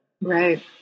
Right